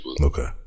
Okay